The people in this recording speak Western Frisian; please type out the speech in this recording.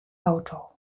auto